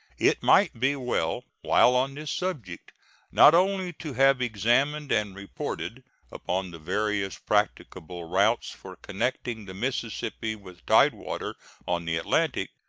it might be well while on this subject not only to have examined and reported upon the various practicable routes for connecting the mississippi with tide water on the atlantic,